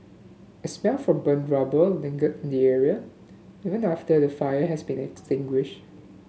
a smell from burnt rubber lingered in the area even after the fire has been extinguished